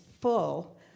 full